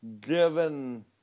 given